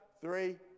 three